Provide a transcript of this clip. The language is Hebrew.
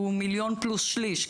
זה מיליון פלוס שליש,